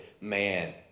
man